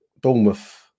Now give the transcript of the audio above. Bournemouth